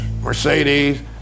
Mercedes